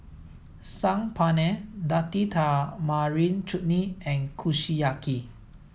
Saag Paneer Date Tamarind Chutney and Kushiyaki